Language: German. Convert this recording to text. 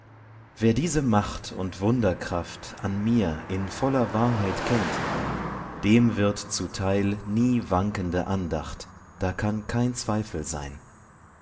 wer diese macht und wunderkraft an mir in voller wahrheit kennt dem wird zuteil nie wankende andacht da kann kein zweifel sein